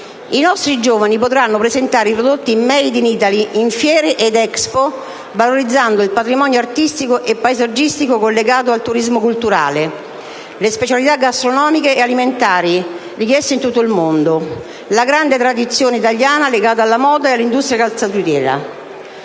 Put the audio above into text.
I nostri giovani potranno presentare i prodotti made in Italy in fiere ed expo valorizzando il patrimonio artistico e paesaggistico collegato al turismo culturale, le specialita gastronomiche e alimentari richieste in tutto il mondo, la grande tradizione italiana legata alla moda e all’industria calzaturiera.